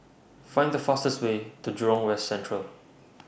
Find The fastest Way to Jurong West Central